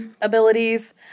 abilities